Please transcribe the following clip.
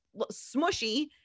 smushy